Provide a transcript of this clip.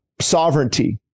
sovereignty